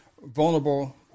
vulnerable